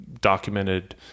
documented